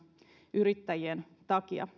yrittäjien takia